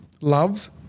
love